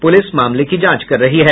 police मामले की जांच कर रही है